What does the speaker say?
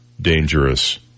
dangerous